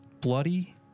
Bloody